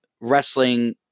wrestling